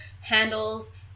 handles